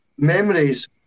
memories